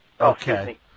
Okay